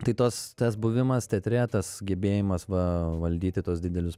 tai tos tas buvimas teatre tas gebėjimas va valdyti tuos didelius